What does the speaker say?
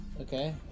okay